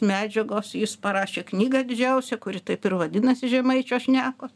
medžiagos jis parašė knygą didžiausią kuri taip ir vadinasi žemaičio šnekos